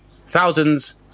thousands